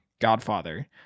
Godfather